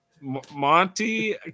Monty